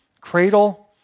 Cradle